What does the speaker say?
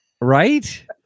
Right